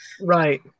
right